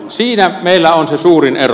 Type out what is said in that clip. siinä meillä on se suurin ero